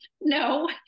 no